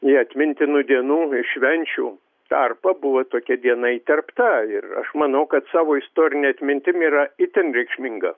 į atmintinų dienų švenčių tarpą buvo tokia diena įterpta ir aš manau kad savo istorine atmintim yra itin reikšminga